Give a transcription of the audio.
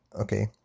Okay